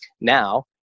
Now